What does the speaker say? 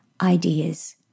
ideas